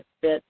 fit